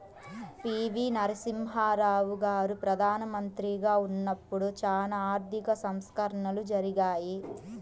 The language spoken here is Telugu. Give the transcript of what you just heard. పి.వి.నరసింహారావు గారు ప్రదానమంత్రిగా ఉన్నపుడు చానా ఆర్థిక సంస్కరణలు జరిగాయి